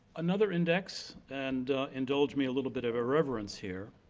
another index, and indulge me a little bit of irreverence here,